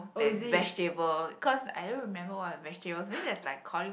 than vegetable cause I don't remember what vegetables maybe there's like cauli~